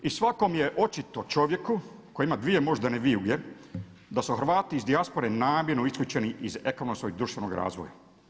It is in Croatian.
I svakom je očito čovjeku koji ima dvije moždane vijuge da su Hrvati iz dijaspore namjerno isključeni iz ekonomskog i društvenog razvoja.